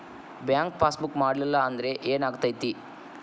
Bank passbook ಮಾಡಲಿಲ್ಲ ಅಂದ್ರೆ ಏನ್ ಆಗ್ತೈತಿ?